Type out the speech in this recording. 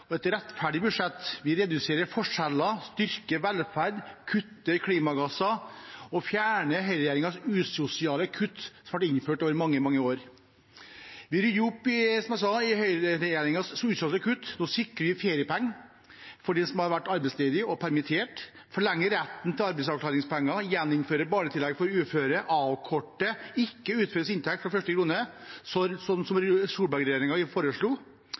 rettferdig budsjett. Vi reduserer forskjellene, styrker velferden, kutter klimagassutslippene og fjerner høyreregjeringens usosiale kutt, som har vært gjort over mange, mange år. Vi rydder som sagt opp i høyreregjeringens usosiale kutt. Nå sikrer vi feriepenger for dem som har vært arbeidsledige eller permittert, forlenger retten til arbeidsavklaringspenger, gjeninnfører barnetillegget for uføre og avkorter ikke uføres inntekt fra første krone,